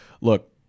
look